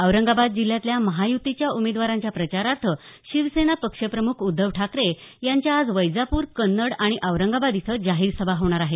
औरंगाबाद जिल्ह्यातल्या महायुतीच्या उमेदवारांच्या प्रचारार्थ शिवसेना पक्षप्रमुख उद्धव ठाकरे यांच्या आज वैजापूर कन्नड आणि औरंगाबाद इथं जाहीर सभा होणार आहेत